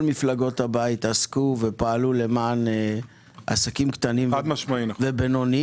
כל מפלגות הבית עסקו ופעלו למען עסקים קטנים ובינוניים.